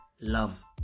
love